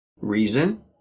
reason